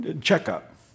checkup